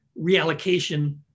reallocation